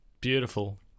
beautiful